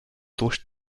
durch